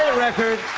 ah record.